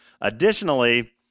Additionally